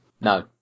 no